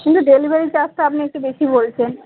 কিন্তু ডেলিভারি চার্জটা আপনি একটু বেশি বলছেন